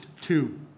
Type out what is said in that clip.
two